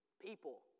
people